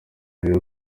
rayon